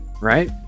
right